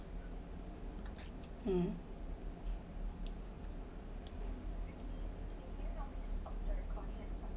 um